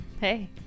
Hey